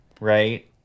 right